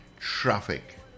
Traffic